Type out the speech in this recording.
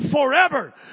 forever